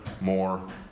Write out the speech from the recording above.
more